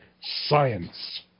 science